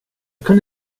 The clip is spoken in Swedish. kan